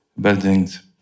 buildings